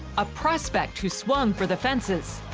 a prospect who swung for the fences.